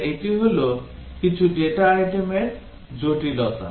তাহলে এটি হল কিছু ডেটা আইটেমের জটিলতা